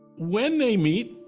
when they meet,